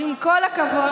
אז עם כל הכבוד,